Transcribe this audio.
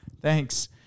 Thanks